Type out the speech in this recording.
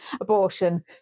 abortion